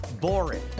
boring